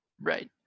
right